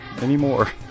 anymore